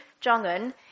Jong-un